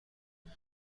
کنه